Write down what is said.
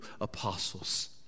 apostles